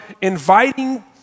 inviting